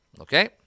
Okay